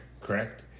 correct